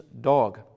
dog